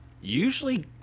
usually